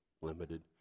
limited